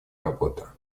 работа